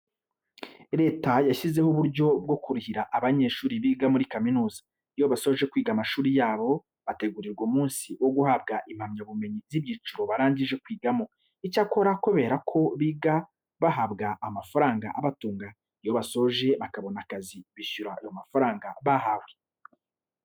Leta yashyizeho uburyo bwo kurihira abanyeshuri biga muri kaminuza. Iyo basoje kwiga amashuri yabo, bategurirwa umunsi wo guhabwa impamyabumenyi z'ibyiciro barangije kwigamo. Icyakora kubera ko biga bahabwa amafaranga abatunga, iyo basoje bakabona akazi bishyura ayo mafaranga bahawe.